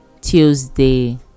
Tuesday